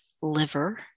liver